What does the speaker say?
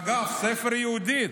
אגב, בספר יהודית,